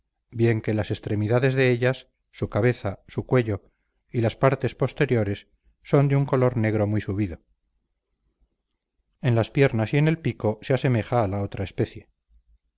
bien que las extremidades de ellas su cabeza su cuello y las partes posteriores son de un color negro muy subido en las piernas y en el pico se asemeja a la otra especie